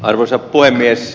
arvoisa puhemies